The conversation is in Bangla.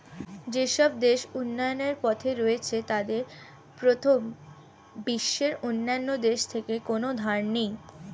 যেসব দেশ উন্নয়নের পথে রয়েছে তাদের প্রথম বিশ্বের অন্যান্য দেশ থেকে কোনো ধার নেই